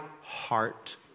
heart